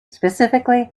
specifically